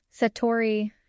Satori